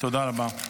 תודה רבה.